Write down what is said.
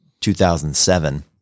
2007